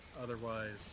otherwise